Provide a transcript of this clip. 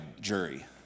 jury